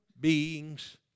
beings